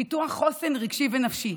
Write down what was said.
פיתוח חוסן רגשי ונפשי,